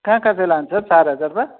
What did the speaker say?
कहाँ कहाँ चाहिँ लान्छ चार हजारमा